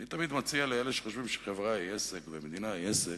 אני תמיד מציע לאלה שחושבים שחברה היא עסק ומדינה היא עסק,